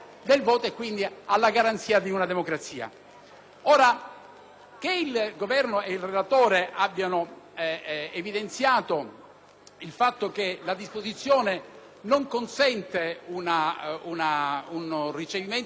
che il Governo e il relatore abbiano evidenziato che la disposizione non consente un ricevimento nel nostro ordinamento futuribile,